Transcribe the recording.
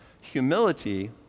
Humility